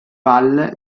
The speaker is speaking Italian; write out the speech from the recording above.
valle